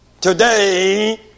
Today